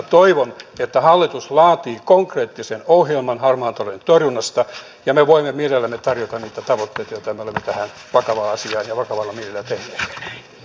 toivon että hallitus laatii konkreettisen ohjelman harmaan talouden torjunnasta ja me voimme mielellämme tarjota niitä tavoitteita joita me olemme tähän vakavaan asiaan vakavalla mielellä tehneet